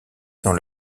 dans